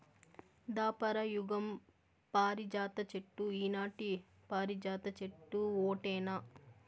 దాపర యుగం పారిజాత చెట్టు ఈనాటి పారిజాత చెట్టు ఓటేనా